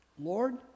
Lord